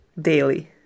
daily